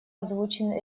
озвучен